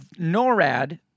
NORAD